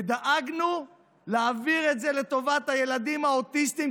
ודאגנו להעביר את זה לטובת הילדים האוטיסטים,